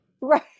Right